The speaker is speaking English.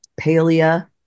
Palea